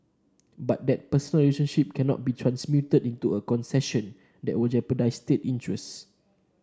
but that personal relationship cannot be transmuted into a concession that will jeopardise state interests